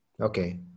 Okay